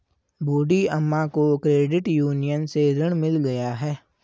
बूढ़ी अम्मा को credit union से ऋण मिल गया है